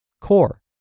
core